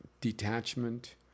detachment